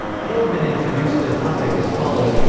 haldeman introduced the topic as follows.